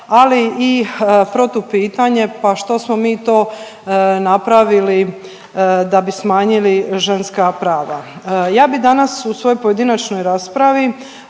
ali i protupitanje, pa što smo mi to napravili da bi smanjili ženska prava. Ja bi danas u svojoj pojedinačnoj raspravi